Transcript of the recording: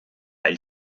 hil